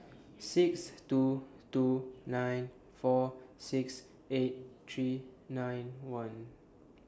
six two two nine four six eight three nine one